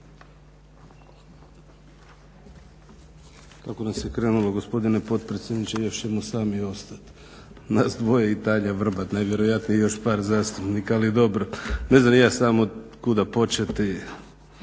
Kako nas je krenulo gospodine potpredsjedniče još ćemo sami ostati nas dvoje i Tanja Vrbat najvjerojatnije i još par zastupnika. Ali dobro. Ne znam ni ja sam od kuda početi,